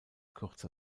kürzer